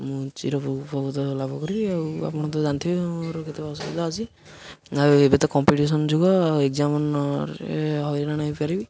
ମୁଁ ଚିର ଉପକୃତ ଲାଭ କରିବି ଆଉ ଆପଣ ତ ଜାଣିଥିବେ ମୋର କେତେ ଅସୁବିଧା ଅଛି ଆଉ ଏବେ ତ କମ୍ପିଟେସନ ଯୁଗ ଏଗଜାମରେ ହଇରାଣ ହୋଇପାରିବି